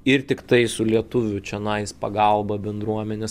ir tiktai su lietuvių čionais pagalba bendruomenės